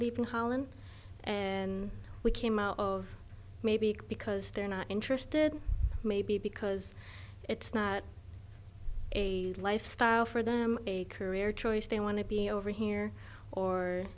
leaving holland and we came out of maybe because they're not interested maybe because it's not a lifestyle for them a career choice they want to be over here or